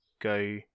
go